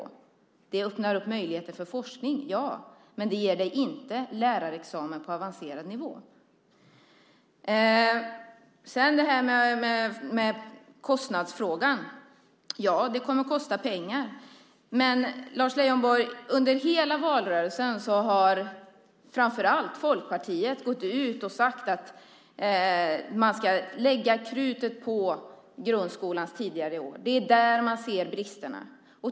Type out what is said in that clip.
Ja, det öppnar upp möjligheten för forskning, men det ger dig inte lärarexamen på avancerad nivå. Ja, det kommer att kosta pengar. Men, Lars Leijonborg, under hela valrörelsen sade framför allt Folkpartiet att man ska lägga krutet på grundskolans tidiga år. Det är där man ser bristerna.